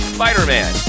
Spider-Man